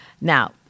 Now